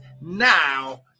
now